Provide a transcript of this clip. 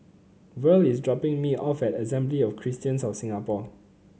Verl is dropping me off at Assembly of Christians of Singapore